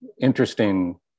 Interesting